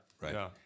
Right